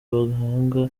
amahanga